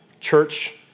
church